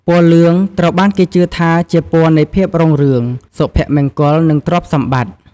ពណ៌លឿង ត្រូវបានគេជឿថាជាពណ៌នៃភាពរុងរឿង សុភមង្គល និងទ្រព្យសម្បត្តិ។